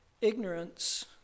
Ignorance